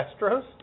Astros